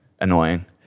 annoying